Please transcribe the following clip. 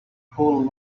pull